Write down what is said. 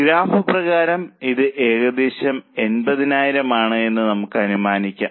graph പ്രകാരം ഇത് ഏകദേശം 80000 ആണെന്ന് നമുക്ക് അനുമാനിക്കാം